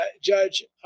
Judge